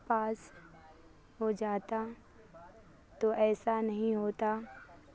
پاس ہو جاتا تو ایسا نہیں ہوتا